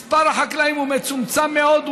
מספר החקלאים מצומצם מאוד,